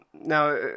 now